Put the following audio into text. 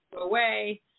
away